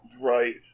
Right